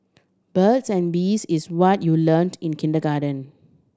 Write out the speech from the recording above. birds and bees is what you learnt in kindergarten